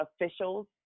officials